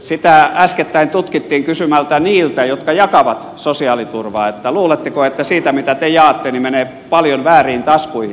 sitä äskettäin tutkittiin kysymällä niiltä jotka jakavat sosiaaliturvaa että luuletteko että siitä mitä te jaatte menee paljon vääriin taskuihin